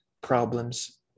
problems